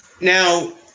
Now